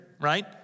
right